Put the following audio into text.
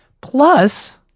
Plus